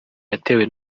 yatewe